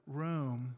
room